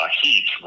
heat